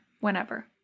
whenever